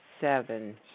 Seven